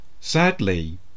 Sadly